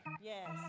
Yes